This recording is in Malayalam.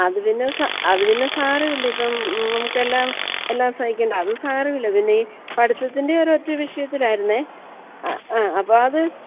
അത് പിന്നെ അത് പിന്നെ സാരമില്ലിപ്പോള് നമുക്കെല്ലാം എല്ലാം സഹിക്കണ്ടേ അത് സാരമില്ല പിന്നെ ഈ പഠിത്തത്തിൻ്റെ ഒരു ഒറ്റ വിഷയത്തിലായിരുന്നെ ആ ആ അപ്പോഴത്